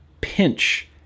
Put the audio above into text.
pinch